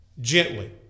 Gently